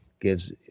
gives